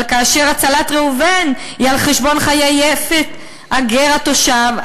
אבל כאשר הצלת ראובן היא על חשבון חיי הגר התושב,